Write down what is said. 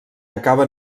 acaba